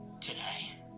today